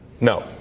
No